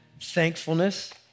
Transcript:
Thankfulness